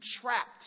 trapped